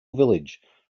village